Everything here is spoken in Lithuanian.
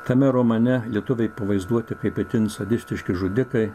tame romane lietuviai pavaizduoti kaip itin sadistiški žudikai